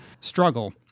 struggle